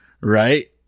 right